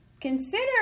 Consider